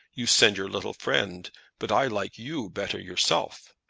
you send your little friend but i like you better yourself.